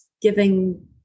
giving